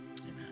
Amen